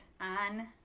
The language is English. on